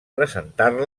presentar